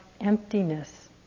emptiness